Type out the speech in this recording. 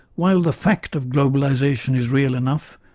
while the fact of globalisation is real enough,